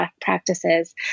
practices